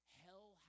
hell